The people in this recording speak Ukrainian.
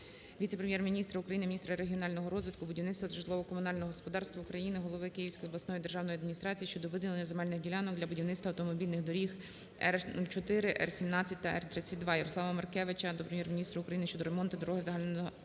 віце-прем'єр-міністра України - міністра регіонального розвитку, будівництва та житлово-комунального господарства України, голови Київської обласної державної адміністрації щодо виділення земельних ділянок для будівництва автомобільних доріг Р-04, Р-17 та Р-32. Ярослава Маркевича до Прем'єр-міністра України щодо ремонту дороги загального